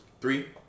Three